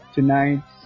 Tonight